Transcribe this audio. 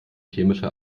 chemische